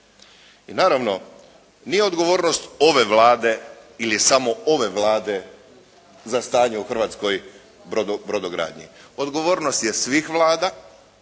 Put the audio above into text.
I naravno nije odgovornost ove Vlade ili samo ove Vlade za stanje u hrvatskoj brodogradnji. Odgovornost je svih vlada